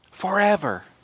forever